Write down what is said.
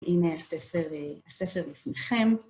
הנה הספר... הספר לפניכם.